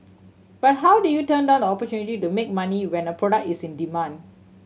but how do you turn down the opportunity to make money when a product is in demand